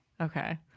Okay